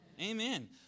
Amen